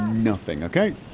nothing okay?